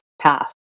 path